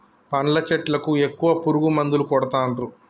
పండ్ల చెట్లకు ఎక్కువ పురుగు మందులు కొడుతాన్రు